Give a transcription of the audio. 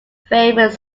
favourite